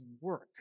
work